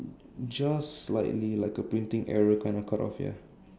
just slightly like a printing error kind of cut off ya